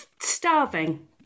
starving